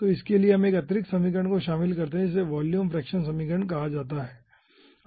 तो इसके लिए हम एक अतिरिक्त समीकरण को शामिल करते हैं जिसे वॉल्यूम फ्रैक्शन समीकरण कहा जाता है